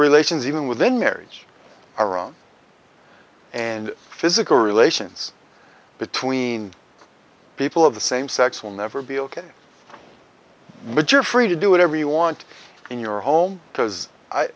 relations even within marriage are wrong and physical relations between people of the same sex will never be ok but you're free to do whatever you want in your home because i